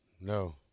No